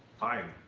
fine.